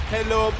Hello